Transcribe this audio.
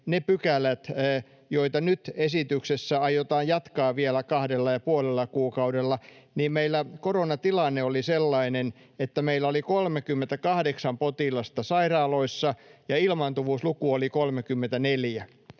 ne pykälät, joita nyt esityksessä aiotaan jatkaa vielä kahdella ja puolella kuukaudella, meillä koronatilanne oli sellainen, että meillä oli 38 potilasta sairaaloissa ja ilmaantuvuusluku oli 34.